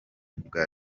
bwa